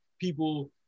people